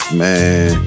man